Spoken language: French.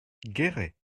guéret